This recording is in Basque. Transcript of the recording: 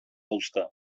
dauzka